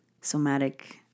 somatic